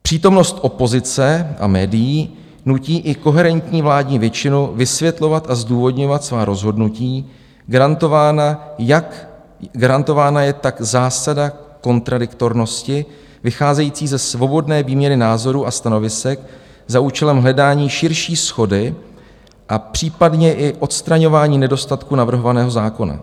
Přítomnost opozice a médií nutí i koherentní vládní většinu vysvětlovat a zdůvodňovat svá rozhodnutí garantována je tak zásada kontradiktornosti, vycházející ze svobodné výměny názorů a stanovisek za účelem hledání širší shody a případně i odstraňování nedostatků navrhovaného zákona.